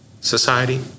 society